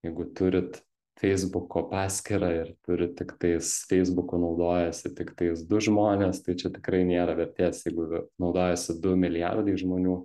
jeigu turit feisbuko paskyrą ir turit tikstais feisbuku naudojasi tiktais du žmonės tai čia tikrai nėra vertės jeigu naudojasi du milijardai žmonių